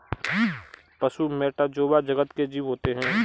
पशु मैटा जोवा जगत के जीव होते हैं